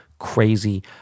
Crazy